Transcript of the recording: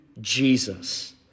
Jesus